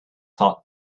thought